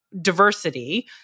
diversity